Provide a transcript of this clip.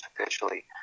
officially